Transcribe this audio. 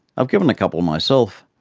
i've given a couple myself,